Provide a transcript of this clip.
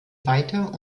weiter